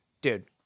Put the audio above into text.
dude